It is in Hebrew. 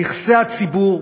נכסי הציבור,